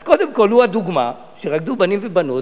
אז קודם כול הוא הדוגמה שרקדו בנים ובנות,